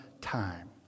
time